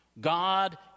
God